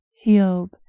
healed